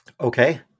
Okay